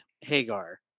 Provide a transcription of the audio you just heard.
Hagar